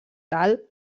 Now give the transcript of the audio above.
dalt